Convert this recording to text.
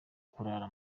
kurara